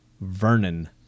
Vernon